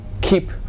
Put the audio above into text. keep